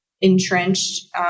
entrenched